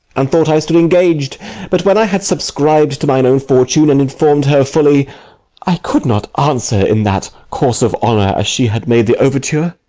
and thought i stood engag'd but when i had subscrib'd to mine own fortune, and inform'd her fully i could not answer in that course of honour as she had made the overture,